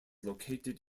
located